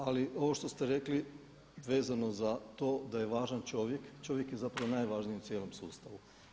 Ali ovo što ste rekli vezano za to da je važan čovjek, čovjek je zapravo najvažniji u cijelom sustavu.